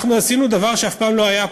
עשינו דבר שאף פעם לא היה פה,